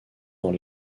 dans